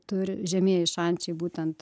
turi žemieji šančiai būtent